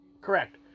Correct